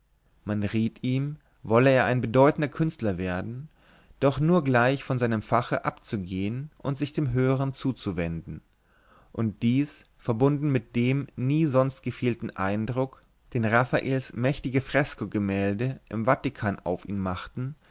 man riet ihm wolle er ein bedeutender künstler werden doch nur gleich von seinem fach abzugehen und sich dem höheren zuzuwenden und dies verbunden mit dem nie sonst gefehlten eindruck den raffaels mächtige fresko gemälde im vatikan auf ihn machten